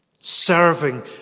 serving